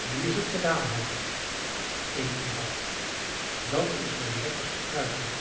nu is het gedaan hoop ik eet nu wat dat is mijn lekkerste kuiken